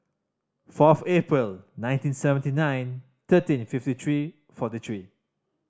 fourth April nineteen seventy nine thirteen fifty three forty three